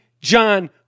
John